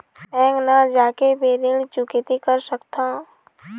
Bank न जाके भी ऋण चुकैती कर सकथों?